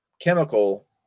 chemical